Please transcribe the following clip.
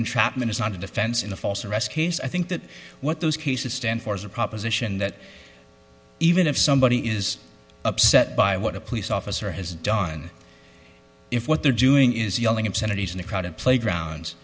entrapment is not a defense in a false arrest case i think that what those cases stand for is the proposition that even if somebody is upset by what a police officer has done if what they're doing is yelling obscenities in a crowded playgrounds